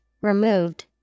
removed